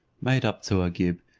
made up to agib,